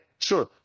sure